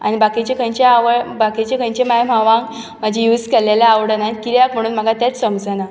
आनी बाकीचे खंयचे आवय बाकीचे खंयचे माय मांवाक म्हाजे यूज केल्लेले आवडना कित्याक म्हणून म्हाका तेंच समजना